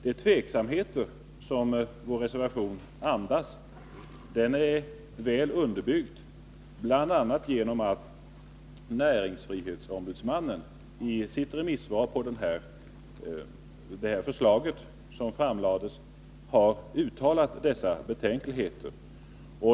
Den tveksamhet som vår reservation andas är väl underbyggd, bl.a. genom att näringsfrihetsombudsmannen i sitt remissvar på förslaget uttalat betänkligheter.